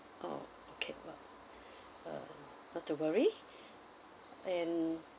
oh can ah not to worry and